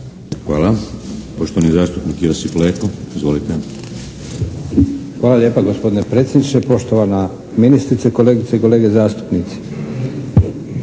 Hvala. Poštovani zastupnik Josip Leko. Izvolite! **Leko, Josip (SDP)** Hvala lijepa gospodine predsjedniče. Poštovana ministrice, kolegice i kolege zastupnici!